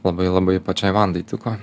labai labai pačiai vandai tiko